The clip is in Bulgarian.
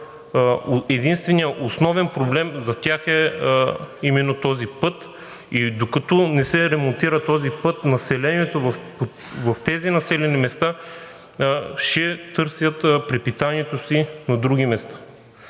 единственият основен проблем за тях е именно този път и докато не се ремонтира този път, населението в тези населени места ще търси препитанието си на други места.